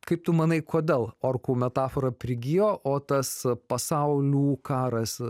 kaip tu manai kodėl orkų metafora prigijo o tas pasaulių karas